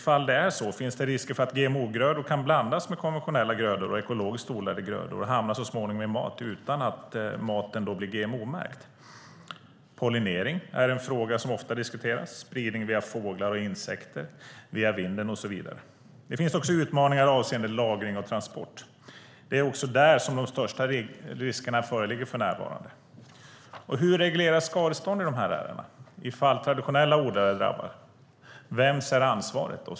Om det är så, finns det risker för att GMO-grödor kan blandas med konventionella grödor och ekologiskt odlade grödor och så småningom hamna i mat utan att maten blir GMO-märkt? Pollinering är en fråga som ofta diskuteras, vidare spridning via fåglar, insekter och vinden och så vidare. Det finns också utmaningar avseende lagring och transport. Det är också där som de största riskerna föreligger för närvarande. Hur regleras skadestånd i dessa ärenden om traditionella odlare drabbas? Vems är ansvaret?